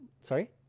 sorry